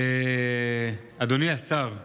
אדוני השר,